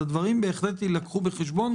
אז הדברים בהחלט יילקחו בחשבון.